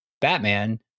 Batman